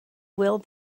will